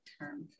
term